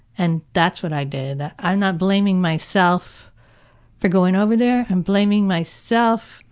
and, that's what i did. i'm not blaming myself for going over there. i'm blaming myself,